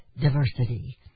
diversity